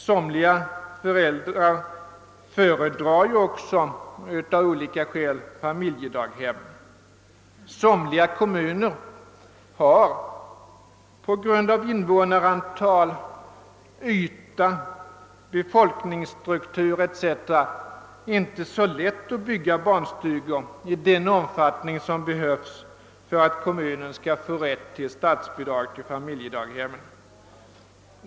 Somliga föräldrar föredrar också av olika skäl familjedaghemmen. En del kommuner har på grund av invånarantal, yta, befolkningsstruktur etc. inte så lätt att bygga barnstugor i den omfattning som behövs för att kommunen skall få rätt till statsbidrag till familjedaghemmen.